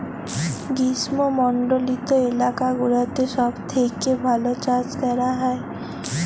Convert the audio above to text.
গ্রীস্মমন্ডলিত এলাকা গুলাতে সব থেক্যে ভাল চাস ক্যরা হ্যয়